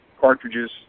cartridges